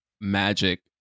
magic